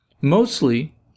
Mostly